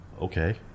okay